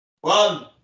One